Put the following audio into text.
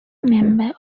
member